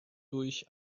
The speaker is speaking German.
durch